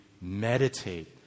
meditate